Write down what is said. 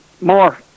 more